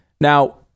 Now